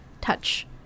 touch